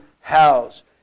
house